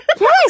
Yes